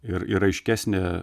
ir ir aiškesnė